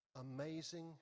amazing